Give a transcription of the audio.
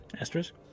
Asterisk